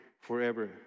forever